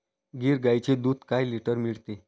गीर गाईचे दूध काय लिटर मिळते?